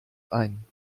ein